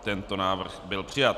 Tento návrh byl přijat.